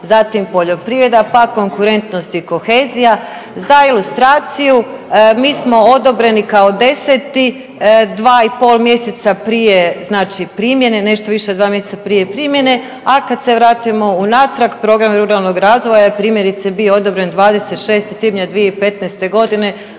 zatim poljoprivreda, pa konkurentnost i kohezija. Za ilustraciju mi smo odobreni kao 10. dva i pol mjeseca prije znači primjene, nešto više od dva mjeseca prije primjene, a kad se vratimo unatrag program ruralnog razvoja je primjerice bio odobren 26. svibnja 2015.g.,